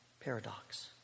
paradox